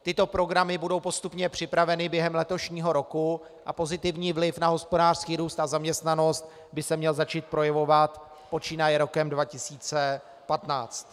Tyto programy budou postupně připraveny během letošního roku a pozitivní vliv na hospodářský růst a zaměstnanost by se měl začít projevovat počínaje rokem 2015.